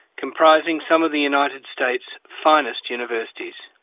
comprising some of the united states' finest universities